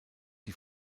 die